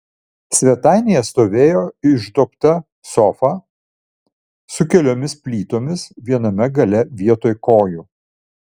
svetainėje stovėjo išduobta sofa su keliomis plytomis viename gale vietoj kojų